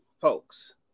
folks